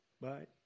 Bye